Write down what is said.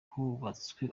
hubatswe